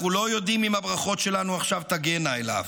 אנחנו לא יודעים אם הברכות שלנו עכשיו תגענה אליו.